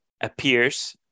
appears